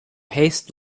haste